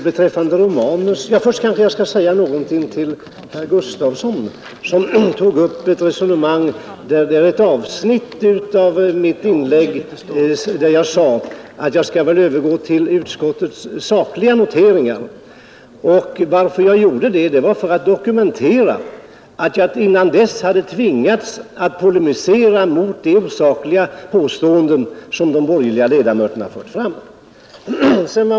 Herr talman! När jag sade att jag skulle övergå till utskottets sakliga noteringar, herr Gustavsson i Alvesta, var det för att poängtera att jag dessförinnan hade tvingats att polemisera mot de osakliga påståenden som de borgerliga ledamöterna fört fram.